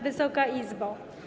Wysoka Izbo!